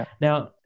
Now